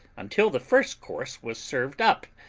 until the first course was served up.